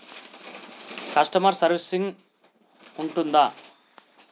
Customer service ఉంటుందా?